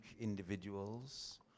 individuals